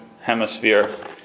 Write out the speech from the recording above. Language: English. Hemisphere